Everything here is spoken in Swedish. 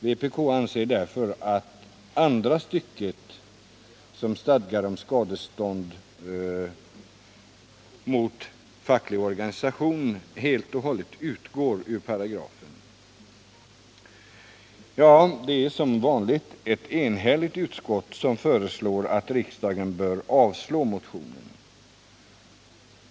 Vpk anser därför att 13 § andra stycket, vilket stadgar om skyldighet för facklig organisation att utge skadestånd, helt skall utgå. Som vanligt är det ett enhälligt utskott som föreslår att riksdagen bör avslå motionen.